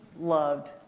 loved